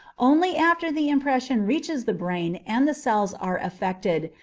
only after the impression reaches the brain and the cells are affected,